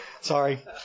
Sorry